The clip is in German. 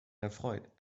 erfreut